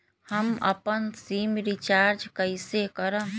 हम अपन SIM recharge कइसे करम?